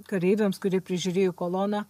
kareiviams kurie prižiūrėjo koloną